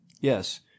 Yes